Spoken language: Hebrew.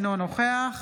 אינו נוכח